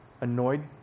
annoyed